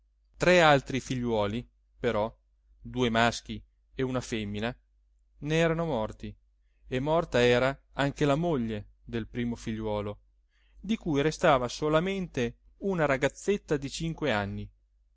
tre altri figliuoli però due maschi e una femmina ne erano morti e morta era anche la moglie del primo figliuolo di cui restava solamente una ragazzetta di cinque anni